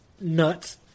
nuts